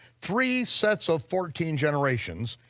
three sets of fourteen generations,